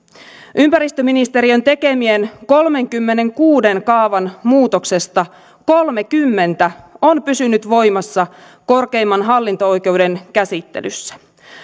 ympäristöministeriön tekemistä kolmenkymmenenkuuden kaavan muutoksesta kolmekymmentä on pysynyt voimassa korkeimman hallinto oikeuden käsittelyssä